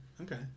okay